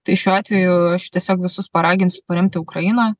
tai šiuo atveju aš tiesiog visus paraginsiu paremti ukrainą